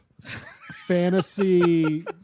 Fantasy